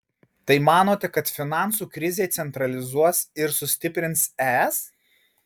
tai manote kad finansų krizė centralizuos ir sustiprins es